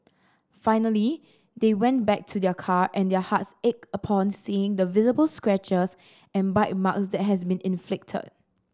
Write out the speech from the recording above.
finally they went back to their car and their hearts ached upon seeing the visible scratches and bite marks that has been inflicted